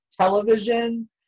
television